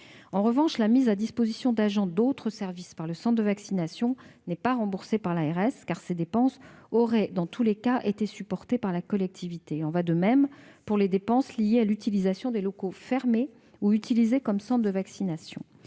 En revanche, la mise à disposition d'agents d'autres services pour le centre de vaccination n'est pas remboursée par l'ARS, car ces dépenses auraient dans tous les cas été supportées par la collectivité. Il en va de même pour les dépenses liées à l'usage de locaux fermés comme centres de vaccination.